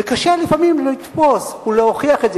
וקשה לפעמים לתפוס ולהוכיח את זה.